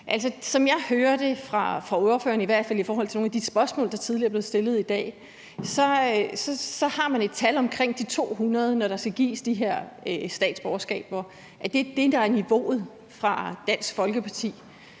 som jeg hører det fra ordføreren, i hvert fald i forhold til nogle af de spørgsmål, der tidligere er blevet stillet i dag, så har man et tal på omkring de 200, når der skal gives de her statsborgerskaber; det er det, der er niveauet for Dansk Folkeparti.